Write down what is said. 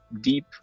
deep